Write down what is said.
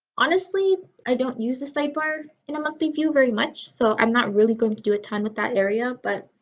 honestly i don't use the sidebar in the monthly view very much so i'm not really going to do a ton with that area but